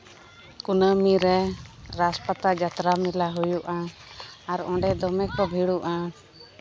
ᱠᱩᱱᱟᱹᱢᱤ ᱨᱮ ᱨᱟᱥ ᱯᱟᱛᱟ ᱡᱟᱛᱨᱟ ᱢᱮᱞᱟ ᱦᱩᱭᱩᱜᱼᱟ ᱟᱨ ᱚᱸᱰᱮ ᱫᱚᱢᱮ ᱠᱚ ᱵᱷᱤᱲᱚᱜᱼᱟ